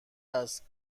است